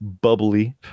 bubbly